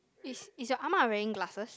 is is your ah ma wearing glasses